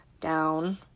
Down